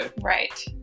Right